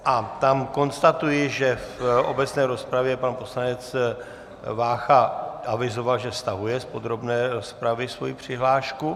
A tam konstatuji, že v obecné rozpravě pan poslanec Vácha avizoval, že stahuje z podrobné rozpravy svoji přihlášku.